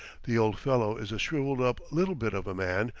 the old fellow is a shrivelled-up little bit of a man,